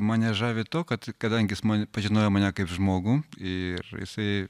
mane žavi tuo kad kadangi jis man pažinojo mane kaip žmogų ir jisai